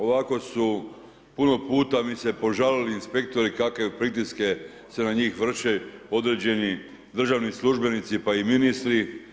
Ovako su puno puta mi se požalili inspektori kakve pritiske se na njih vrše određeni državni službenici, pa i ministri.